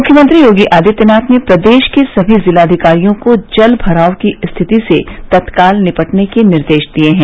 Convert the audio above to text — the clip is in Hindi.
मुख्यमंत्री योगी आदित्यनाथ ने प्रदेश के सभी जिलाधिकारियों को जल भराव की स्थिति से तत्काल निपटने के निर्देश दिए हैं